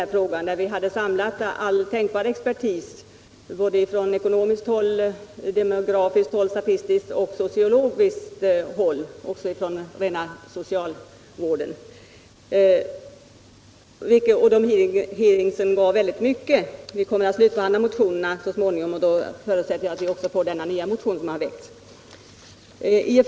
Till dessa hade utskottet bjudit in all tänkbar expertis från ekonomiskt, demografiskt, statistiskt och sociologiskt håll. Också socialvården var representerad. Dessa hearings gav oss många informationer. Då vi så småningom kommer att slutbehandla motionerna, förutsätter jag att vi även får in den nya motion som väckts.